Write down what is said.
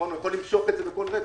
הוא יכול למשוך את זה בכל רגע.